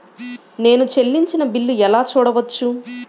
నేను చెల్లించిన బిల్లు ఎలా చూడవచ్చు?